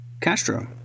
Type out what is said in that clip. Castro